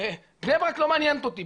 בני ברק לא מעניינת אותי.